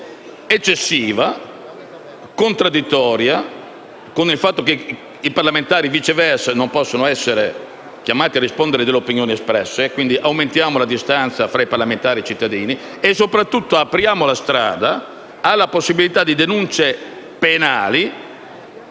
eccessiva e contraddittoria rispetto al fatto che i parlamentari non possono essere chiamati a rispondere delle opinioni espresse. Quindi aumentiamo la distanza tra parlamentari e cittadini e, soprattutto, apriamo la strada alla possibilità di denunce penali